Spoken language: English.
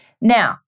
Now